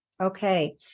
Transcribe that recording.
Okay